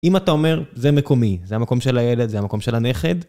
אם אתה אומר, זה מקומי, זה המקום של הילד, זה המקום של הנכד.